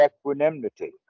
equanimity